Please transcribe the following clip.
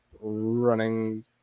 running